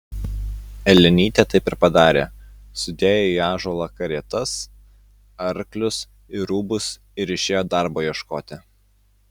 elenytė taip ir padarė sudėjo į ąžuolą karietas arklius ir rūbus ir išėjo darbo ieškoti